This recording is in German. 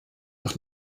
nach